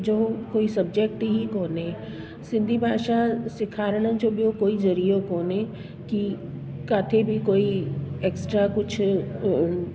जो कोई सब्जेक्ट ई कोन्हे सिंधी भाषा सेखारण जो ॿियो कोई ज़रियो कोन्हे की किथे बि कोई एक्स्ट्रा कुझु